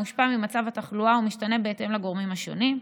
הוא מושפע ממצב התחלואה ומשתנה בהתאם לגורמים השונים,